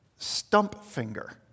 Stumpfinger